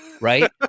right